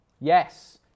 Yes